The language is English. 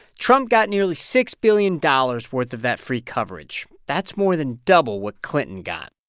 trump got nearly six billion dollars worth of that free coverage. that's more than double what clinton got.